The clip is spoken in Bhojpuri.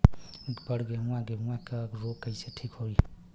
बड गेहूँवा गेहूँवा क रोग कईसे ठीक होई?